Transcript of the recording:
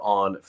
on